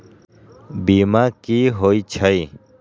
बीमा कि होई छई?